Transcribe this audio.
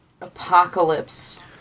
apocalypse